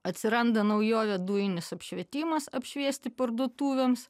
atsiranda naujovė dujinis apšvietimas apšviesti parduotuvėms